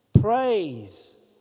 praise